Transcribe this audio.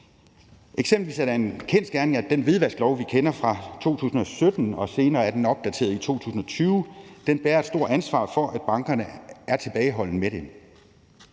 Eksempelvis er det en kendsgerning, at den hvidvasklov, vi kender fra 2017, og som senere er opdateret i 2020, bærer et stort ansvar for, at bankerne er tilbageholdende med det.